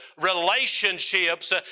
relationships